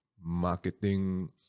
marketing